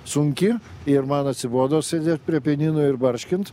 sunki ir man atsibodo sėdėt prie pianino ir barškint